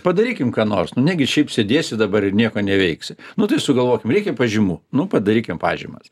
padarykim ką nors nu negi šiaip sėdėsi dabar ir nieko neveiksi nu tai sugalvokim reikia pažymų nu padarykim pažymas